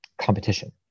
competition